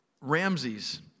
Ramses